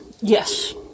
Yes